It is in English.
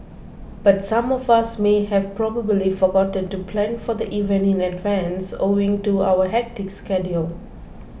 but some of us may have probably forgotten to plan for the event in advance owing to our hectic schedule